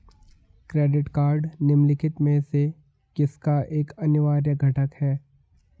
Credit card निम्नलिखित में से किसका एक अनिवार्य घटक है?